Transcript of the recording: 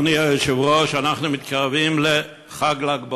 אדוני היושב-ראש, אנחנו מתקרבים לחג ל"ג בעומר,